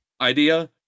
idea